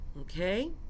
okay